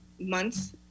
months